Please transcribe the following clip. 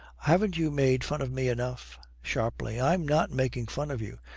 haven't you made fun of me enough sharply, i'm not making fun of you.